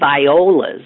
violas